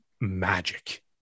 magic